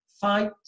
fight